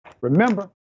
Remember